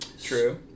True